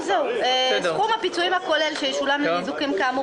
סכום הפיצויים הכולל שישולם לניזוקים כאמור